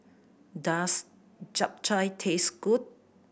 does Japchae taste good